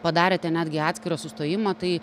padarė ten netgi atskirą sustojimą tai